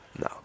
No